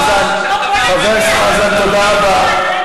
חבר הכנסת חזן, תודה רבה.